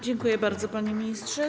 Dziękuję bardzo, panie ministrze.